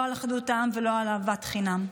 לא על אחדות העם ולא על אהבת חינם,